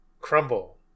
crumble